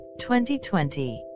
2020